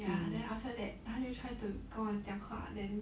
ya and then after that 他就 try to 跟我讲话 then